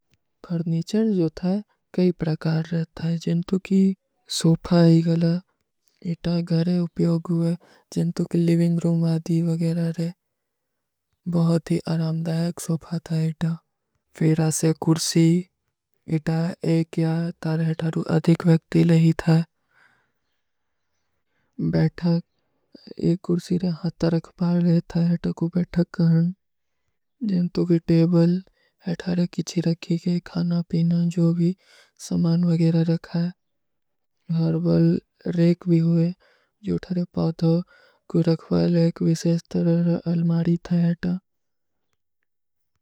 ପରଣୀଚର ଜୋ ଥା, କଈ ପ୍ରାକାର ରହତା ହୈ, ଜିନ୍ତୋ କୀ ସୋଫା ହୀ ଗଲା, ଇତା ଘରେ ଉପ୍ଯୋଗ ହୁଏ, ଜିନ୍ତୋ କୀ ଲିଵିଂଗ ରୂମ ଆଦୀ ଵଗେରା ରହେ, ବହୁତୀ ଅରାମଦାଯକ ସୋଫା ଥା ଇତା। ଫିର ଆସେ କୁରସୀ, ଇତା ଏକ ଯା ତାରେ ହୈ ଥାରୂ ଅଧିକ ଵ୍ଯକ୍ତି ଲେ ହୀ ଥା। ବୈଠକ, ଏକ କୁରସୀ ରହାତା ରଖ ପାଁଡ ରହେ ଥା ଇତା କୋ ବୈଠକ କରନ। ଜିନ୍ତୋ କୀ ଟେବଲ, ଇତା ରହେ କିଚୀ ରଖୀ କେ, ଖାନା, ପୀନା, ଜୋ ଭୀ ସମାନ ଵଗେରା ରଖା ହୈ। ଘର ବଲ ରେକ ଭୀ ହୁଏ, ଜୋ ଥାରେ ପାଁଦୋ କୋ ରଖଵା ରହେ ଥା, ଏକ ଵିସେସ୍ଟର ଅଲମାରୀ ଥା ଇତା।